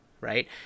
right